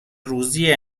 روزی